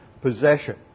possession